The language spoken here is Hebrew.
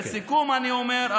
לסיכום אני אומר,